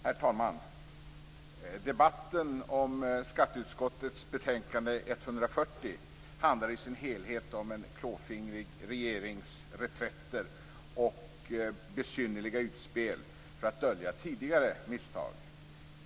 Herr talman! Debatten om skatteutskottets betänkande 25 handlar i sin helhet om en klåfingrig regerings reträtter och besynnerliga utspel för att dölja tidigare misstag.